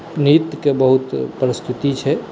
नृत्यकेँ बहुत परिस्थिति छै